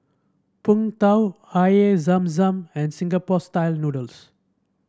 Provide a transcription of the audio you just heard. Png Tao Air Zam Zam and Singapore style noodles